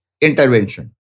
intervention